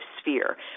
sphere